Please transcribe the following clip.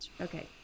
okay